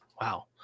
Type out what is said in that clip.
Wow